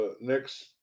next